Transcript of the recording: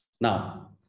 Now